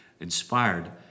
inspired